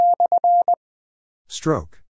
Stroke